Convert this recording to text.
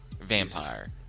Vampire